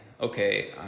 okay